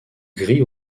gris